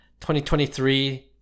2023